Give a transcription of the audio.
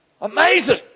Amazing